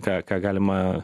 ką ką galima